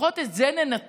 לפחות את זה ננתק.